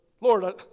Lord